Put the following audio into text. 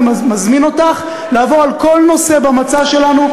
אני מזמין אותך לעבור על כל נושא במצע שלנו,